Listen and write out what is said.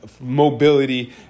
mobility